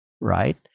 right